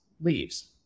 leaves